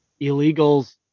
illegals